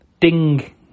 Ding